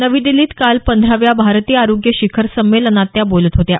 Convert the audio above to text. नवी दिल्लीत काल पंधराव्या भारतीय आरोग्य शिखर संमेलनात त्या बोलत होत्या